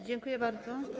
Dziękuję bardzo.